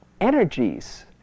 energies